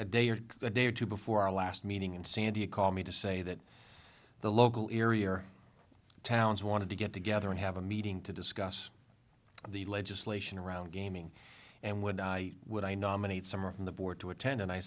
day or a day or two before our last meeting and sandy called me to say that the local area towns wanted to get together and have a meeting to discuss the legislation around gaming and would i would i nominate someone from the board to attend and i